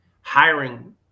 hiring